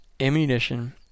ammunition